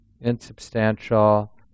insubstantial